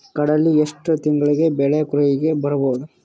ಕಡಲಿ ಎಷ್ಟು ತಿಂಗಳಿಗೆ ಬೆಳೆ ಕೈಗೆ ಬರಬಹುದು?